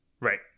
right